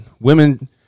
women